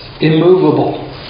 immovable